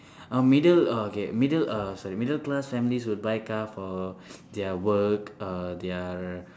uh middle uh okay middle uh sorry middle class families will buy cars for their work uh their